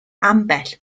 ambell